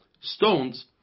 stones